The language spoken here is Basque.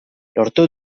lortu